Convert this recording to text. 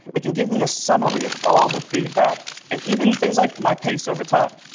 it can give me a summary of all the feedback and even things like my pace over time.